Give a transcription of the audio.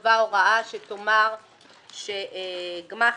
תיקבע הוראה שתאמר שגמ"חים,